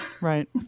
Right